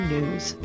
News